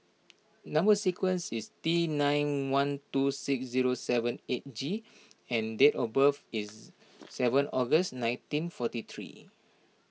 Number Sequence is T nine one two six zero seven eight G and date of birth is seven August nineteen forty three